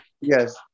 Yes